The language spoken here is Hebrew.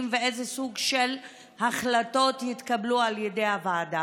ואיזה סוג של החלטות התקבלו על ידי הוועדה.